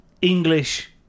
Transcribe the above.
English